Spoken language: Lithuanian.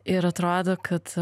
ir atrodo kad